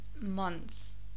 months